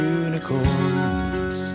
unicorns